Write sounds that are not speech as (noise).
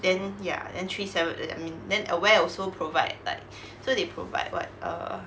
then ya then three seven err I mean aware also provide like (breath) so they provide what err